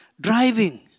driving